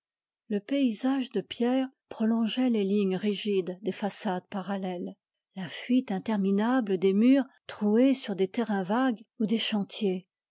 le paysage de pierre prolongeait les lignes rigides des façades parallèles la fuite interminable des murs troués sur des terrains vagues ou des chantiers